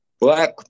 black